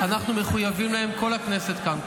אנחנו מחויבים להם, כל הכנסת כאן.